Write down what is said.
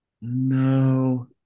no